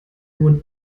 nur